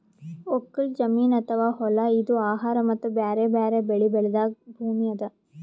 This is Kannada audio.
ಒಕ್ಕಲ್ ಜಮೀನ್ ಅಥವಾ ಹೊಲಾ ಇದು ಆಹಾರ್ ಮತ್ತ್ ಬ್ಯಾರೆ ಬ್ಯಾರೆ ಬೆಳಿ ಬೆಳ್ಯಾದ್ ಭೂಮಿ ಅದಾ